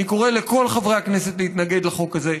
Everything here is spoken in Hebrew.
אני קורא לכל חברי הכנסת להתנגד לחוק הזה,